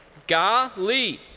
ga li.